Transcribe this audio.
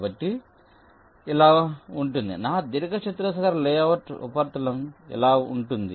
కాబట్టి ఇది ఇలా ఉంటుంది నా దీర్ఘచతురస్రాకార లేఅవుట్ ఉపరితలం ఇలా ఉంటుంది